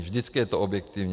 Vždycky je to objektivní.